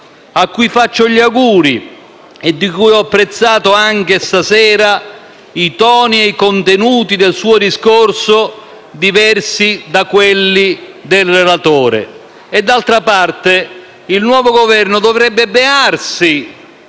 a cui faccio gli auguri e di cui ho apprezzato anche stasera i toni e i contenuti del discorso, diversi da quelli del relatore. D'altra parte il nuovo Governo dovrebbe bearsi